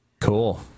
Cool